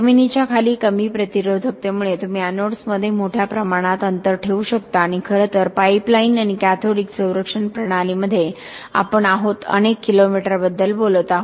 जमिनीच्या खाली कमी प्रतिरोधकतेमुळे तुम्ही एनोड्समध्ये मोठ्या प्रमाणात अंतर ठेवू शकता आणि खरं तर पाइपलाइन आणि कॅथोडिक संरक्षण प्रणालींमध्ये आपण आहोत अनेक किलोमीटरबद्दल बोलत आहे